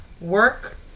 Work